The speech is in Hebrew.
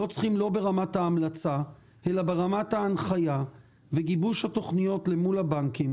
לא צריכים לא ברמת ההמלצה אלא ברמת ההנחיה וגיבוש התוכניות למול הבנקים